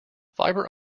fibre